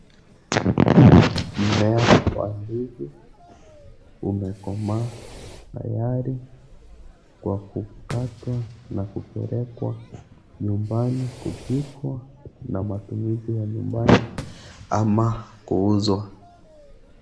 Mmea wa ndizi umekomaa tayari kwa kukatwa na kupelekwa nyumbani kupigwa na matumizi ya nyumbani ama kuuzwa.